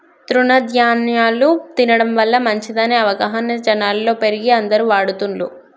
తృణ ధ్యాన్యాలు తినడం వల్ల మంచిదనే అవగాహన జనాలలో పెరిగి అందరు వాడుతున్లు